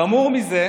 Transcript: חמור מזה,